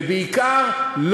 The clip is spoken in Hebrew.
ובעיקר,